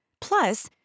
Plus